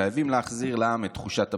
חייבים להחזיר לעם את תחושת הביטחון"